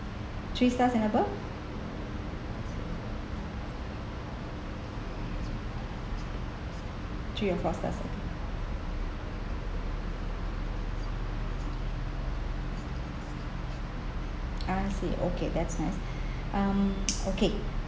three stars and above three and four stars oaky I see okay that's nice um okay